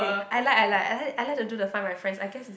I like I like I like I like to do the Find My Friends I guess it's